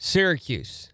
Syracuse